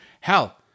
Hell